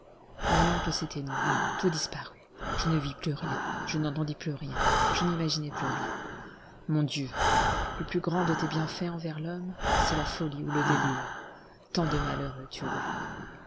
la lampe s'éteignit tout disparut je ne vis plus rien je n'entendis plus rien je n'imaginai plus rien mon dieu le plus grand de tes bienfaits envers l'homme c'est la folie ou le délire tant de malheur le tuerait